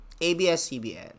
ABS-CBN